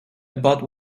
about